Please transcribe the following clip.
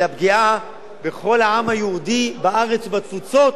אלא פגיעה בכל העם היהודי בארץ ובתפוצות,